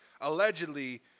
allegedly